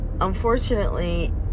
unfortunately